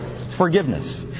Forgiveness